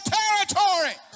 territory